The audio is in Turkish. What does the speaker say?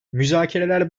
müzakereler